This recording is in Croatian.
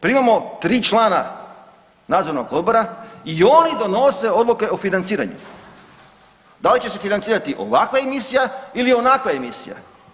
Primamo 3 člana nadzornog odbora i oni donose odluke o financiranju, da li će financirati ovakva emisija ili onakva emisija.